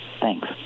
Thanks